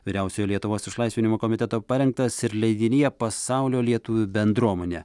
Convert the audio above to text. vyriausiojo lietuvos išlaisvinimo komiteto parengtas ir leidinyje pasaulio lietuvių bendruomunė